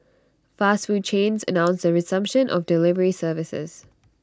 fast food chains announced the resumption of delivery services